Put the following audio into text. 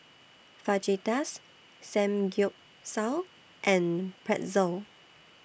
Fajitas Samgyeopsal and Pretzel